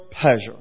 pleasure